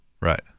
Right